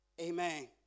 Amen